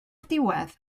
diwedd